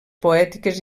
poètiques